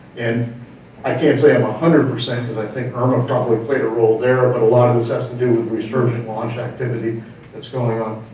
and i can't say i'm a one hundred percent cause i think irma probably played a role there, but a lot of this has to do with resurgent launch activity that's going on.